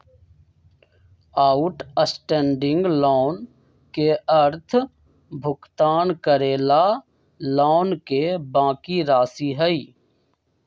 outstanding loan के अर्थ भुगतान करे ला लोन के बाकि राशि हई